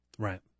Right